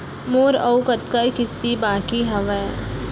मोर अऊ कतका किसती बाकी हवय?